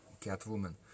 catwoman